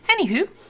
Anywho